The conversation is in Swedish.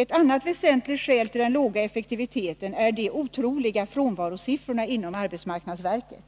Ett annat väsentligt skäl till den låga effektiviteten är de otroliga frånvarosiffrorna inom arbetsmarknadsverket.